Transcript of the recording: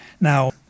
now